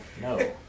No